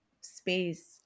space